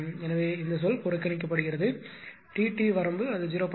எனவே இந்த சொல் புறக்கணிக்கப்பட்டது T t வரம்பு அது 0